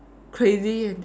crazy and